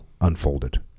unfolded